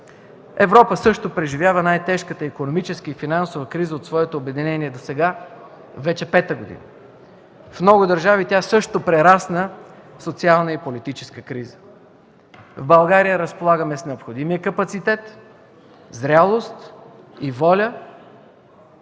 Европа също преживява най-тежката икономическа и финансова криза от своето обединение досега вече пета година. В много държави тя също прерасна в социална и политическа криза. В България разполагаме с необходимия капацитет, зрялост и воля